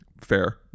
Fair